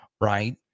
right